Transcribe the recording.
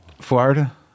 Florida